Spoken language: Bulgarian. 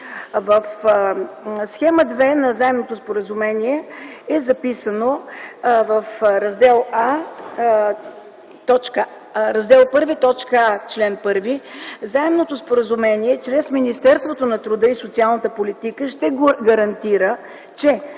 В схема 2 на Заемното споразумение в Раздел І, т. А, чл. 1 е записано, че Заемното споразумение чрез Министерството на труда и социалната политика ще гарантира, че